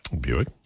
Buick